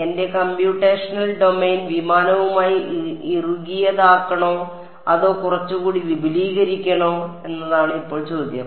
എന്റെ computational domain വിമാനവുമായി ഇറുകിയതാക്കണോ അതോ കുറച്ചുകൂടി വിപുലീകരിക്കണോ എന്നതാണ് ഇപ്പോൾ ചോദ്യം